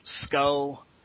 skull